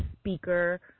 speaker